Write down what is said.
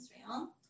Israel